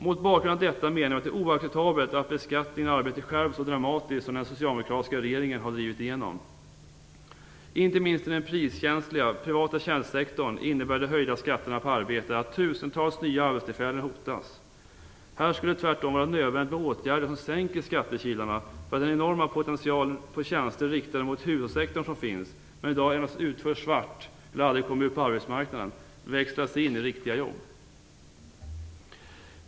Mot bakgrund av detta menar jag att det är oacceptabelt att beskattningen av arbete skärps så dramatiskt som den socialdemokratiska regeringen har drivit igenom. Inte minst i den priskänsliga privata tjänstesektorn innebär de höjda skatterna på arbete att tusentals nya arbetstillfällen hotas. Här skulle det tvärtom vara nödvändigt med åtgärder som sänker skattekilarna för att den enorma potential på tjänster riktade mot hushållssektorn som finns men i dag utförs svart eller aldrig kommer ut på arbetsmarknaden skall kunna växlas in i riktiga jobb.